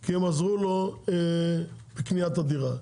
כי הם עזרו לו בקניית הדירה.